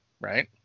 right